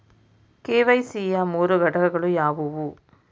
KYC ಯ ಮೂರು ಘಟಕಗಳು ಯಾವುವು?